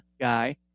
guy